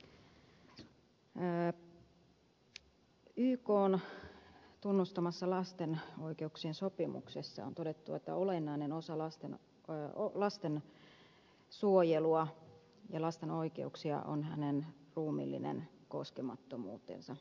ykn tunnustamassa lastenoikeuksien sopimuksessa on todettu että olennainen osa lastensuojelua ja lasten oikeuksia on lapsen ruumiillinen koskemattomuus ja sen suojelu